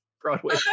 Broadway